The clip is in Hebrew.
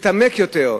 מתעמקים יותר,